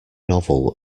novel